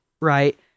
right